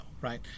right